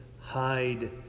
hide